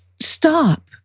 stop